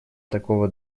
такого